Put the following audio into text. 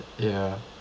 ya